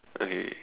okay